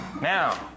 Now